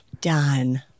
Done